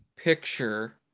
picture